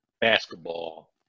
basketball